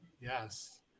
Yes